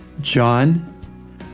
John